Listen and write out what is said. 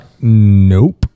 nope